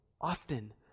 Often